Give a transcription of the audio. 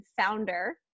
founder